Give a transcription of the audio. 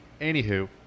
Anywho